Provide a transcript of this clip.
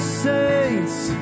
saints